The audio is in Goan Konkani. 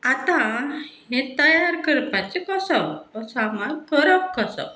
आतां हें तयार करपाचें कसो हो सामार करप कसो